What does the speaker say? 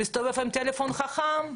מסתובב עם טלפון חכם.